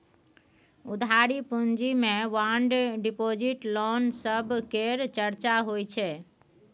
उधारी पूँजी मे बांड डिपॉजिट, लोन सब केर चर्चा होइ छै